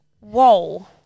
Whoa